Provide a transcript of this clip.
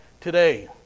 today